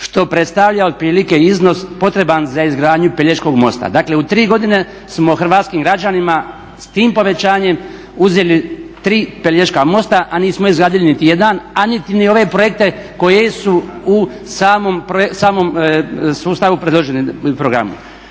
što predstavlja otprilike iznos potreban za izgradnju Pelješkog mosta. Dakle u 3 godine smo hrvatskim građanima s tim povećanjem uzeli 3 Pelješka mosta a nismo izgradili niti jedan, a niti ni ove projekte koje su u samom sustavu predloženi programi.